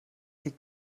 liegt